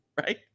Right